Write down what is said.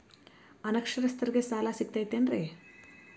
ಅನಕ್ಷರಸ್ಥರಿಗ ಸಾಲ ಸಿಗತೈತೇನ್ರಿ?